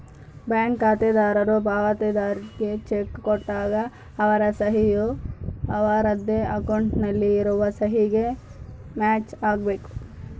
bank ಖಾತೆದಾರರು ಪಾವತಿದಾರ್ರಿಗೆ cheque ಕೊಟ್ಟಾಗ ಅವರ ಸಹಿ ಯು ಅವರದ್ದೇ ಅಕೌಂಟ್ ನಲ್ಲಿ ಇರುವ ಸಹಿಗೆ ಮ್ಯಾಚ್ ಆಗಬೇಕು